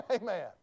Amen